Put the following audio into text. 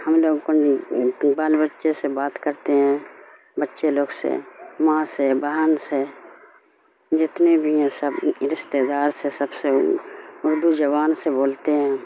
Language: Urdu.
ہم لوگ کو بال بچے سے بات کرتے ہیں بچے لوگ سے ماں سے بہن سے جتنے بھی ہیں سب رشتے دار سے سب سے اردو زبان سے بولتے ہیں